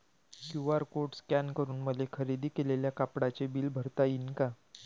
QR code scan करून मले खरेदी केलेल्या कापडाचे बिल भरता यीन का?